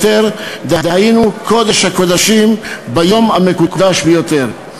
דהיינו קודש-הקודשים, ביום המקודש ביותר.